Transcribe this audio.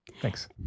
Thanks